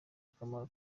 akamaro